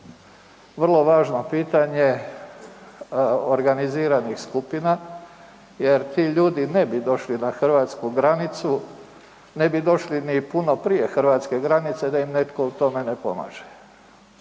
vrlo važno pitanje organiziranih skupina jer ti ljudi ne bi došli na hrvatsku granicu, ne bi došli ni puno prije hrvatske granice da im netko u tome ne pomaže.